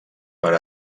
per